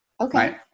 Okay